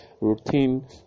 routine